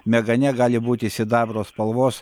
megane gali būti sidabro spalvos